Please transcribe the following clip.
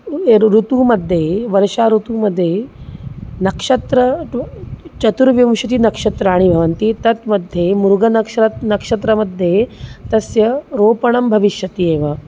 ऋतुमध्ये वर्षा ऋतुमध्ये नक्षत्रं चतुर्विंशतिनक्षत्राणि भवन्ति तत् मध्ये मृगनक्षर् नक्षत्रमध्ये तस्य रोपणं भविष्यति एव